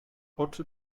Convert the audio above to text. oczy